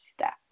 step